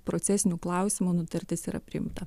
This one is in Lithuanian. procesiniu klausimu nutartis yra priimta